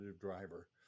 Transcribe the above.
driver